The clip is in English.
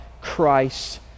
Christ